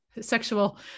sexual